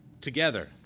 together